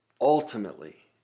Ultimately